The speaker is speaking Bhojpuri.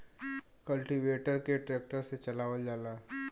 कल्टीवेटर के ट्रक्टर से चलावल जाला